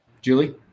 Julie